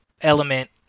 element